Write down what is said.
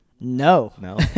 no